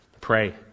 Pray